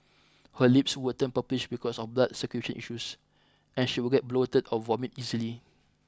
her lips would turn purplish because of blood circulation issues and she would get bloated or vomit easily